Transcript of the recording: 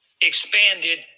expanded